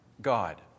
God